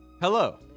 Hello